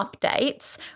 updates